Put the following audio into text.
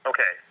Okay